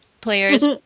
players